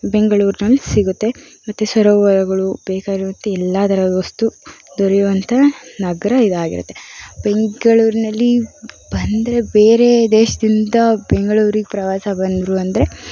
ಬೆಂಗಳೂರಿನಲ್ಲಿ ಸಿಗುತ್ತೆ ಮತ್ತು ಸರೋವರಗಳು ಬೇಕಾಗಿರುವಂತೆ ಎಲ್ಲ ಥರದ ವಸ್ತು ದೊರೆಯುವಂಥ ನಗರ ಇದಾಗಿರತ್ತೆ ಬೆಂಗಳೂರಿನಲ್ಲಿ ಬಂದರೆ ಬೇರೆ ದೇಶದಿಂದ ಬೆಂಗಳೂರಿಗೆ ಪ್ರವಾಸ ಬಂದರು ಅಂದರೆ